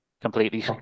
Completely